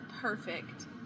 Perfect